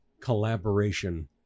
collaboration